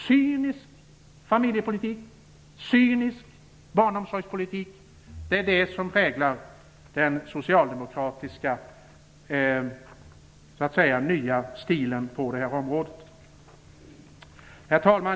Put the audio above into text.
Cynisk familjepolitik, cynisk barnomsorgspolitik, det är vad som präglar den socialdemokratiska nya stilen på det här området. Herr talman!